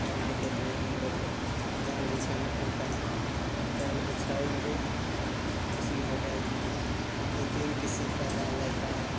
पकड़ने के लिए हम लोग जाल बिछाना पड़ता है जाल बिछाएँगे उसने हो गया दो तीन किस्म का जाल रहता है